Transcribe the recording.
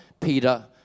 Peter